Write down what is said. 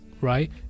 right